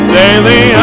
daily